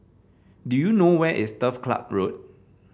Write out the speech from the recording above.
do you know where is Turf Club Road